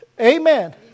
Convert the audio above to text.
Amen